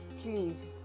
please